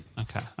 Okay